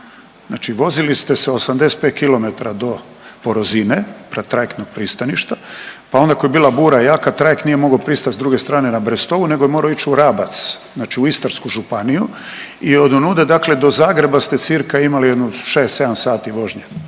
znači vozili ste se 85km do Porozine kraj trajektnog pristaništa pa onda ako je bila bura jaka trajekt nije mogao pristat s druge strane na Brestovu nego je morao ići u RAbac znači u Istarsku županiju i odonuda do Zagreba ste cca imali jedno